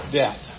death